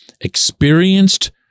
Experienced